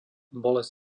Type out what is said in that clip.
bolesť